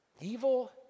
evil